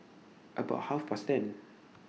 about Half Past ten